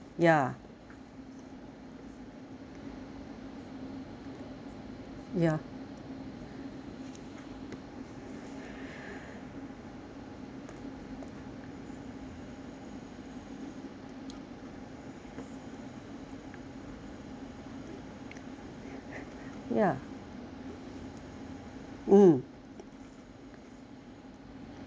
ya ya mm